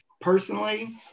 personally